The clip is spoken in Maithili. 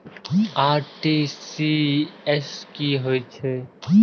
आर.टी.जी.एस की होय छै